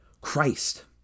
Christ